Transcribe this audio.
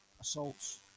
assaults